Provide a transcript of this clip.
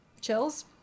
chills